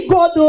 God